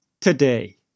today